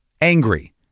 angry